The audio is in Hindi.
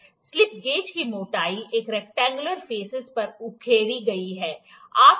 स्लिप गेज की मोटाई एक रैक्टेंगुलर फेसस पर उकेरी गई है